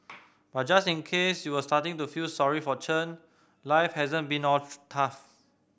but just in case you were starting to feel sorry for Chen life hasn't been all tough